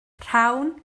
rhawn